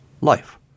life